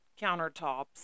countertops